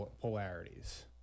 polarities